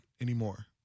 anymore